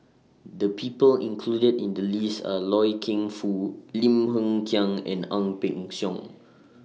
The People included in The list Are Loy Keng Foo Lim Hng Kiang and Ang Peng Siong